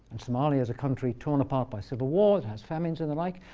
and somalia is a country torn apart by civil war. it has famines and the like.